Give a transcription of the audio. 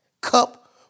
cup